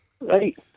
Right